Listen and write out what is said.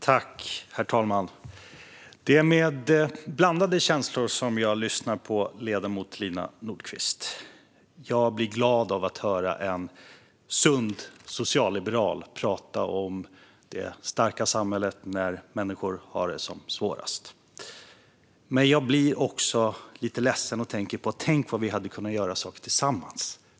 Herr ålderspresident! Det är med blandade känslor jag lyssnar på ledamoten Lina Nordquist. Jag blir glad av att höra en sund socialliberal tala om det starka samhället när människor har det som svårast. Men jag blir också lite ledsen när jag tänker på vilka saker vi hade kunnat göra tillsammans.